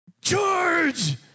George